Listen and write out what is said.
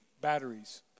batteries